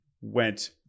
went